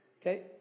Okay